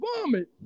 vomit